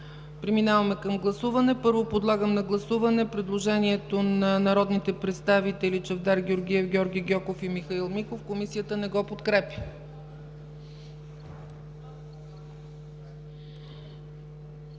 Комисията? Няма. Първо подлагам на гласуване предложението на народните представители Чавдар Георгиев, Георги Гьоков и Михаил Миков – Комисията не го подкрепя.